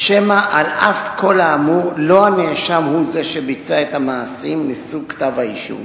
שמא על אף כל האמור לא הנאשם הוא זה שביצע את המעשים נשוא כתב-האישום.